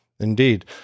Indeed